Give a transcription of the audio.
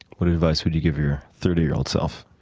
what advice would you give your thirty year old self?